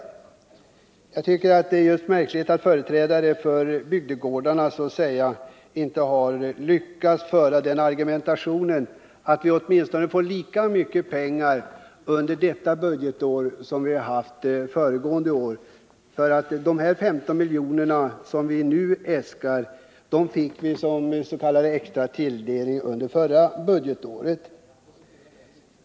Jag tycker det är märkligt att företrädare för bygdegårdarna inte har lyckats föra den argumentationen att vi borde få åtminstone lika mycket pengar under detta budgetår som vi har haft under föregående år. De 15 miljoner som vi nu äskar fanns ju som s.k. extra tilldelning under förra budgetåret.